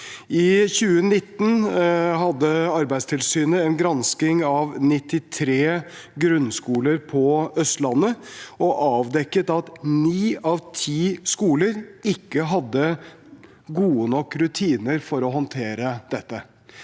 I 2019 hadde Arbeidstilsynet en gransking av 93 grunnskoler på Østlandet og avdekket at 9 av 10 skoler ikke hadde gode nok rutiner for å håndtere dette.